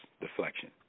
deflection